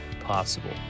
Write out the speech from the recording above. possible